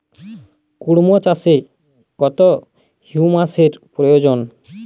কুড়মো চাষে কত হিউমাসের প্রয়োজন?